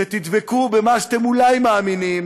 שתדבקו במה שאתם אולי מאמינים